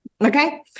Okay